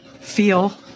feel